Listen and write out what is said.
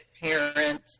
parent